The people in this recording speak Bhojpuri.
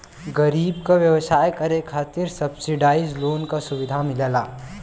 गरीब क व्यवसाय करे खातिर सब्सिडाइज लोन क सुविधा मिलला